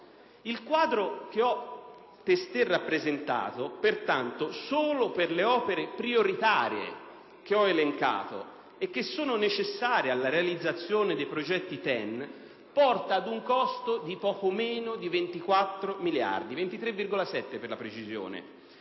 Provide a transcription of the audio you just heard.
Il quadro che ho testé rappresentato, pertanto, solo per le opere prioritarie che ho elencato e che sono necessarie alla realizzazione dei progetti TEN è caratterizzato da un costo pari a poco meno di 24 miliardi di euro (23,7 per la precisione),